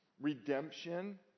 redemption